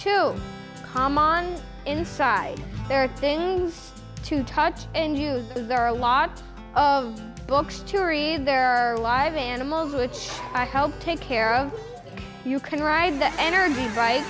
to come on inside there are things to touch and use there are a lot of books to read there are live animals which help take care of you can ride that energy right